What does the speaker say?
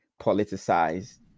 politicized